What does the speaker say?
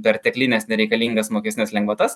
perteklinės nereikalingas mokestines lengvatas